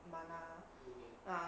mana ah